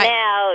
now